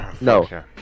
No